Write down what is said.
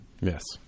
Yes